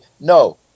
No